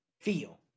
feel